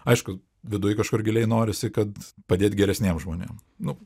aišku viduj kažkur giliai norisi kad padėt geresniem žmonėm nu